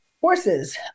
horses